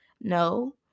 No